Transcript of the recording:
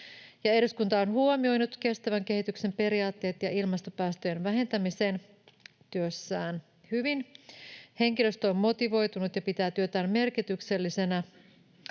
eduskunta on huomioinut kestävän kehityksen periaatteet ja ilmastopäästöjen vähentämisen työssään hyvin. Henkilöstö on motivoitunut ja pitää työtään merkityksellisenä.